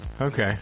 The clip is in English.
Okay